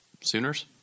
Sooners